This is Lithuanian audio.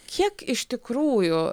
kiek iš tikrųjų